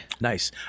nice